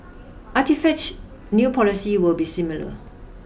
Artichoke's new policy will be similar